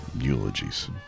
eulogies